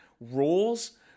rules